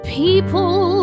people